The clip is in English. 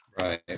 Right